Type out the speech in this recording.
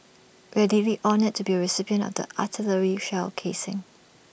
we are deeply honoured to be A recipient of the artillery shell casing